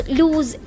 lose